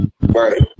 right